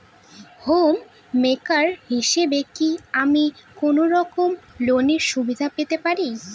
Home maker হিসেবে কি আমি কোনো রকম লোনের সুবিধা পেতে পারি?